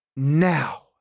Now